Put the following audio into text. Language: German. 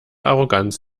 arroganz